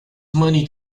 money